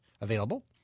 available